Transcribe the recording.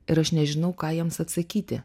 ir aš nežinau ką jiems atsakyti